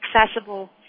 accessible